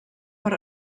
per